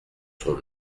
son